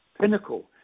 pinnacle